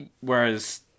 whereas